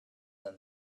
and